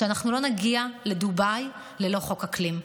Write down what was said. שאנחנו לא נגיע לדובאי ללא חוק אקלים.